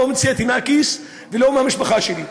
לא הוצאתי מהכיס ולא מהמשפחה שלי.